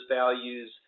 values